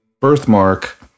birthmark